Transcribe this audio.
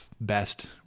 best